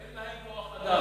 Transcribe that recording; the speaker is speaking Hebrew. אין להם כוח-אדם.